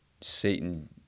Satan